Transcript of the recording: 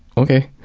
ok!